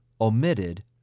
omitted